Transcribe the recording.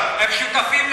המצב.